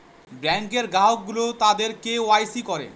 ব্যাঙ্কে গ্রাহক গুলো তাদের কে ওয়াই সি করে